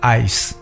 ice